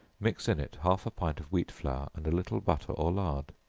mix in it half a pint of wheat flour, and a little butter or lard,